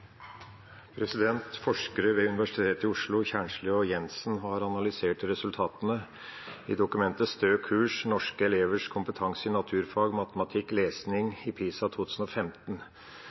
Forskere ved Universitetet i Oslo, Kjærnslie og Jensen, har analysert resultatene i dokumentet Stø kurs, norske elevers kompetanse i naturfag, matematikk og lesing i PISA 2015.